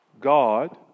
God